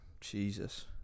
Jesus